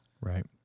right